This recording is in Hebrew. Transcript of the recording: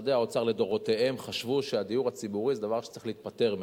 משרדי האוצר לדורותיהם חשבו שהדיור הציבורי זה דבר שצריך להיפטר ממנו.